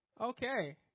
Okay